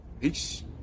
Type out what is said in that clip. Peace